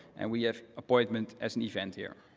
and we have appointment as an event here.